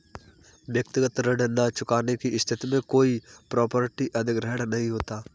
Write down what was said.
व्यक्तिगत ऋण न चुकाने की स्थिति में कोई प्रॉपर्टी अधिग्रहण नहीं होता